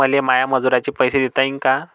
मले माया मजुराचे पैसे देता येईन का?